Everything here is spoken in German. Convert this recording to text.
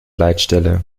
leitstelle